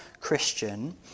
Christian